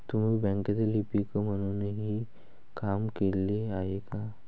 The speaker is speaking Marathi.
तुम्ही बँकेत लिपिक म्हणूनही काम केले आहे का?